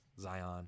Zion